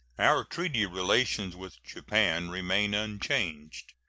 our treaty relations with japan remain unchanged.